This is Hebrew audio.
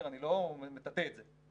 אני לא מטאטא את זה.